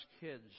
kids